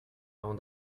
avant